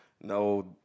No